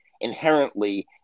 inherently